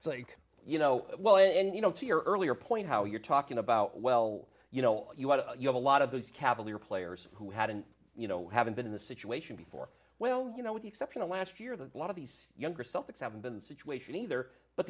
lost like you know well and you know to your earlier point how you're talking about well you know you have a lot of those cavalier players who hadn't you know haven't been in the situation before well you know with the exception of last year that a lot of these younger celtics haven't been situation either but